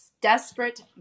desperate